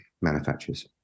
manufacturers